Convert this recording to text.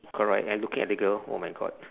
correct I looking at the girl oh my god